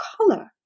color